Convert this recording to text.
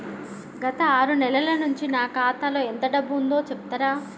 గత ఆరు నెలల నుంచి నా ఖాతా లో ఎంత డబ్బు ఉందో చెప్తరా?